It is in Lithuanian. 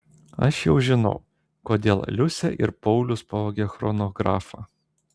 aš jau žinau kodėl liusė ir paulius pavogė chronografą